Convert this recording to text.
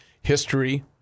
history